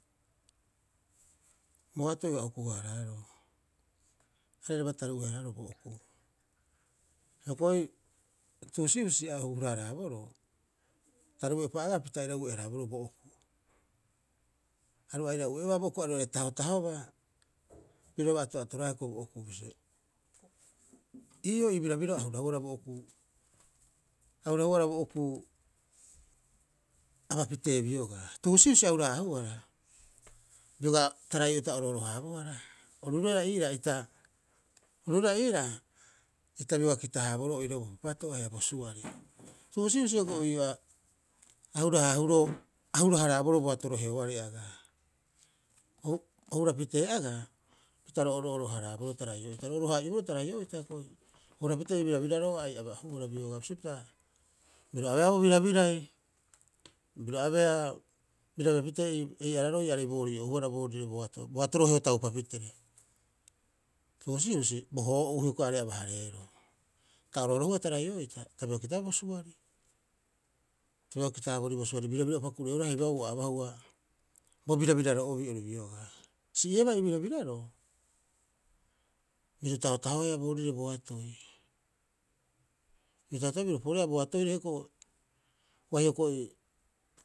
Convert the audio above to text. Boatoi ua huku- haaraaroo. Hioko'i airaba taruu'e- haraaro bo okuu. Hioko'i tuusi husi a hura- haraaboroo, taruu'e'upa agaa pita airare ue'e- haaraaroo bo okuu. Aru aira ue'ebaa bo okuu, aru aira tahotahobaa. Piroraba ato'atoraeaa hioko'i bo okuu bisio, ii'oo ii birabirao a hurahuara bo okuu, a hurahuara bo okuu, abapitee bioga. Tuusi husi a hura- haahuara, bioga Tarai'o'ee'ita orooro- haabohara. Oru roira iira ita, oru roira iira ita bioga kita- haraboroo oirau bo papatoe haia bo suari. Tuusi husi hioko'i ii'oo a hura- haahuroo, a hura- haraaboroo boato roheoarei agaa. O- o hura pitee agaa pita ro orooro- haraaboroo Tarai'o'ee'ita, ro orooro- haa'ioboroo Tarai'o'ee'ita hioko'i o hura pitee ei birabiraro'oo ai abahuara bioga bisio pita, biru abeea bo birabirai. Biru abeea birabira pitee ei araro'oo aarei boorii ouhuara boorire boatoi, boato roheo tauta piteere. Tuusi husi, bo hoo'uu hioko'i aarei aba- hareero. Ta oroorohua Tarai'o'ee'ita, ta bioga kitabaa bo suari. Ta bioga kita- haaborii bo suari, birabira'opa kure'eehua heuaaboo ua abahua, bo birabiraro'oobii oru biogaa. Si'iebaa ii birabiraroo, biru tahotahoea boorire boatoi. Biru tahotahoea biru poreea boatoire hioko'i. Ua hioko'i.